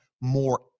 more